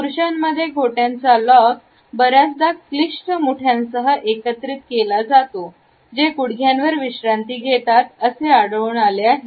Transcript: पुरुषांमध्ये घोट्याचा लॉक बर्याचदा क्लिश्ड मुठ्यांसह एकत्र केला जातो जे गुडघ्यावर विश्रांती घेतात असे आढळून आले आहे